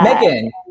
Megan